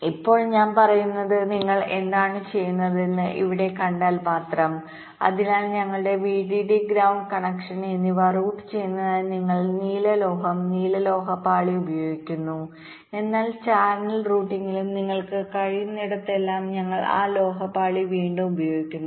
ഇപ്പോൾ ഞാൻ പറയുന്നത് നിങ്ങൾ എന്താണ് ചെയ്തതെന്ന് ഇവിടെ കണ്ടാൽ മാത്രം അതിനാൽ ഞങ്ങളുടെ VDD ഗ്രൌണ്ട് കണക്ഷൻ എന്നിവ റൂട്ട് ചെയ്യുന്നതിനായി ഞങ്ങൾ നീല ലോഹം ചില ലോഹ പാളി ഉപയോഗിക്കുന്നു എന്നാൽ ചാനൽ റൂട്ടിംഗിനിടയിലും നിങ്ങൾക്ക് കഴിയുന്നിടത്തെല്ലാം ഞങ്ങൾ ആ ലോഹ പാളി വീണ്ടും ഉപയോഗിക്കുന്നു